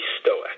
stoic